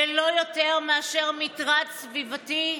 ללא יותר מאשר מטרד סביבתי,